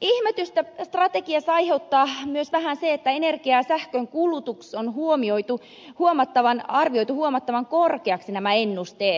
ihmetystä strategiassa aiheuttaa myös vähän se että energian ja sähkön kulutuksessa on arvioitu huomattavan korkeiksi nämä ennusteet